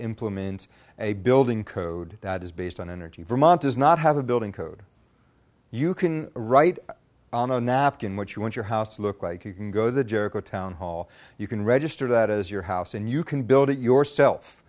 implement a building code that is based on energy vermont does not have a building code you can write on a napkin what you want your house to look like you can go the jericho town hall you can register that as your house and you can build it yourself